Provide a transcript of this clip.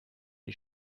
die